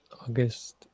august